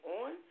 on